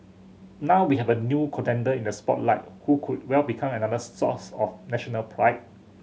now we have a new contender in the spotlight who could well become another source of national pride